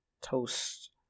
toast